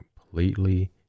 completely